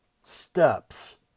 steps